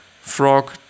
frog